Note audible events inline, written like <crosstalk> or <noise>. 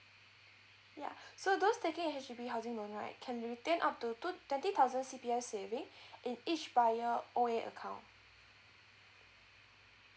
ya <breath> so those taking a H_D_B housing loan right can retain up to two twenty thousand C_P_F saving in each buyer O_A account